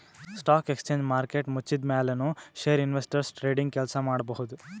stock exchange market ಮುಚ್ಚಿದ್ಮ್ಯಾಲ್ ನು share investors trading ಕೆಲ್ಸ ಮಾಡಬಹುದ್